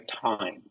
time